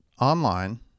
online